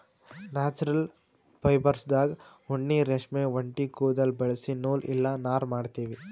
natural ಫೈಬರ್ಸ್ದಾಗ್ ಉಣ್ಣಿ ರೇಷ್ಮಿ ಒಂಟಿ ಕುದುಲ್ ಬಳಸಿ ನೂಲ್ ಇಲ್ಲ ನಾರ್ ಮಾಡ್ತೀವಿ